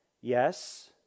Yes